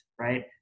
right